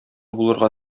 булырга